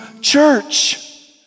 church